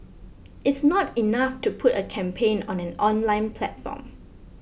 it's not enough to put a campaign on an online platform